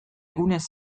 egunez